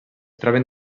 troben